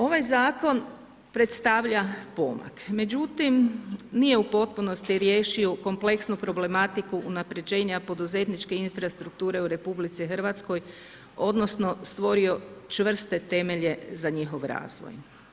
Ovaj zakon predstavlja pomak, međutim nije u potpunosti riješio kompleksnu problematiku unapređenja poduzetničke infrastrukture u RH odnosno stvorio čvrste temelje za njihov razvoj.